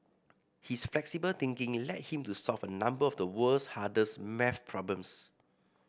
his flexible thinking led him to solve a number of the world's hardest maths problems